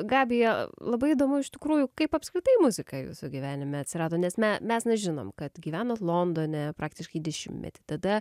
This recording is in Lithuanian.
gabija labai įdomu iš tikrųjų kaip apskritai muzika jūsų gyvenime atsirado nes me mes nežinom kad gyvenot londone praktiškai dešimtmetį tada